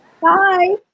Bye